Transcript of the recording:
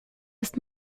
ist